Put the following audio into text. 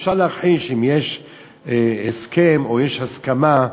אפשר להכחיש אם יש הסכם או יש הסכמה,